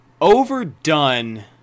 overdone